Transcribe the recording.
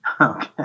Okay